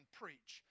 preach